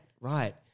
right